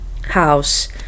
house